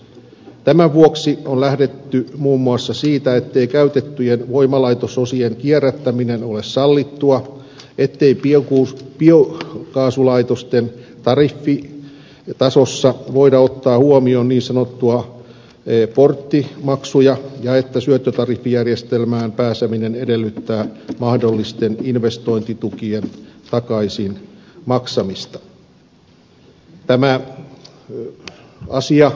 tämän vuoksi on lähdetty muun muassa siitä ettei käytettyjen voimalaitososien kierrättäminen ole sallittua ettei biokaasulaitosten tariffitasossa voida ottaa huomioon niin sanottua porttimaksua ja että syöttötariffijärjestelmään pääseminen edellyttää mahdollisten investointitukien takaisin maksamista